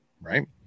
right